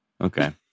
Okay